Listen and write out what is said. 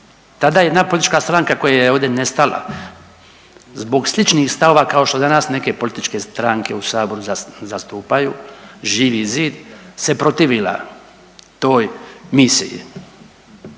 Tada je jedna politička stranka koja je ovdje nestala zbog sličnih stavova kao što danas neke političke stranke u Saboru zastupaju Živi zid se protivila toj misiji.